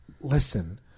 listen